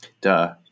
Duh